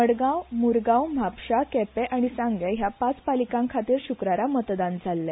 मडगांव मुरगांव म्हापशा केपे आनी सांगे ह्या पाच पालिकांखातीर शुक्रारा मतदान जाल्ले